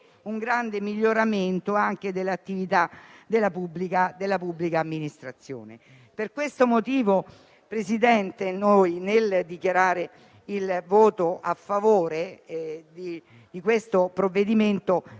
Grazie a tutti